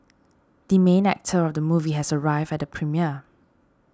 the main actor of the movie has arrived at the premiere